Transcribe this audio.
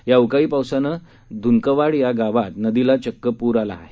या अवकाळी पावसानं धूनकवाड या गावात नदीला चक्क पूर आला आहे